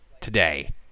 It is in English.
today